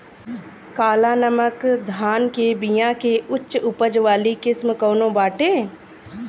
काला नमक धान के बिया के उच्च उपज वाली किस्म कौनो बाटे?